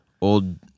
old